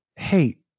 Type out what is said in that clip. Hey